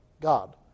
God